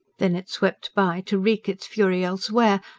then it swept by to wreak its fury elsewhere,